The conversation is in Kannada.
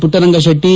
ಪುಟ್ಟರಂಗಶೆಟ್ಟಿ